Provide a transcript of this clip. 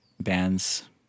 bands